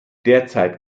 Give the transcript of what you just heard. derzeit